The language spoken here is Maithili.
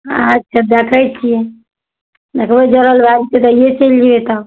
अच्छा देखै छिए देखबै जोड़ल भए जएतै तऽ आइए चलि जएबै तब